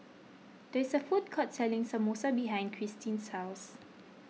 there is a food court selling Samosa behind Christene's house